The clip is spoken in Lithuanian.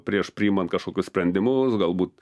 prieš priimant kažkokius sprendimus galbūt